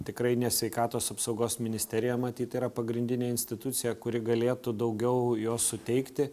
tikrai ne sveikatos apsaugos ministerija matyt yra pagrindinė institucija kuri galėtų daugiau jo suteikti